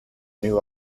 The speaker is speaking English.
new